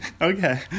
Okay